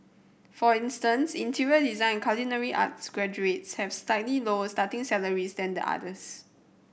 for instance interior design culinary arts graduates have slightly lower starting salaries than the others